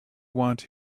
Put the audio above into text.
want